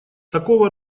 такого